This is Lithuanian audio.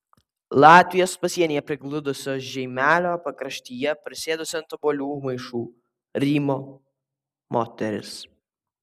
latvijos pasienyje prigludusio žeimelio pakraštyje prisėdusi ant obuolių maišų rymo moteris